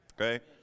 Okay